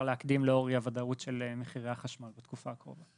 להקדים לאור אי הוודאות של מחירי החשמל בתקופה הקרובה.